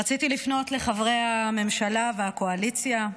רציתי לפנות לחברי הממשלה והקואליציה,